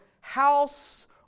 house